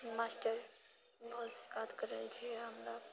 master बहुत शिकायत करैत छियै हमरा